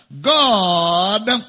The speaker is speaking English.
God